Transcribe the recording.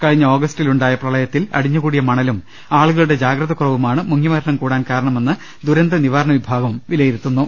കഴിഞ്ഞ ഓഗസ്റ്റി ലുണ്ടായ പ്രളയത്തിൽ അടിഞ്ഞുകൂടിയ മണലും ആളുകളുടെ ജാഗ്രതക്കുറവു മാണ് മുങ്ങിമരണം കൂടാൻ കാരണമെന്ന് ദുരന്തനിവാരണ വിഭാഗം വിലയിരുത്തു ന്നു